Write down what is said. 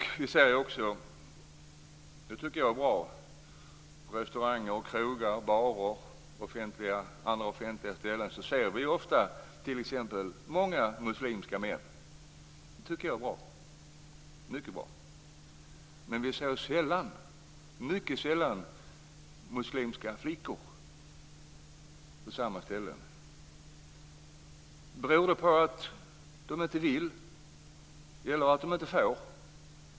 Vi ser också på restauranger, krogar, barer och andra offentliga ställen ofta muslimska män. Det tycker jag är mycket bra. Men vi ser mycket sällan muslimska flickor på samma ställen. Beror det på att de inte vill eller att de inte får?